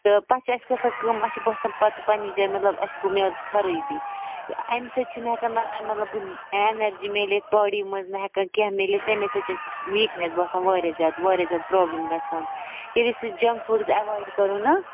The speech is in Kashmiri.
تہٕ پتہٕ چھِ اَسہِ گژھان کٲم اَسہِ چھِ باسان پتہٕ پَنٛنہِ جایہِ مطلب اَسہِ گوٚو میادَس خرٲبی اَمہِ سۭتۍ چھِنہٕ ہٮ۪کان نہ مطلب بہٕ اٮ۪نَرجی مِلِتھ باڈی منٛز نہ ہٮ۪کان کیٚنہہ مِلِتھ تٔمی سۭتۍ چھِ اَسہِ ویٖکنٮ۪س باسان واریاہ زیادٕ واریاہ زیادٕ پرابلِم گژھان ییٚلہِ أسۍ سُہ جَنک فُڈٕس اٮ۪وایڈ کَرَو نا